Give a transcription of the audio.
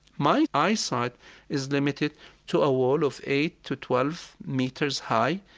my eyesight is limited to a wall of eight to twelve meters high,